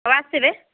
ହଉ ଆସିବେ